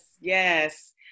yes